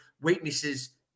weaknesses